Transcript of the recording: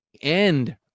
end